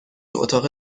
اتاق